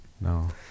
No